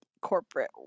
corporate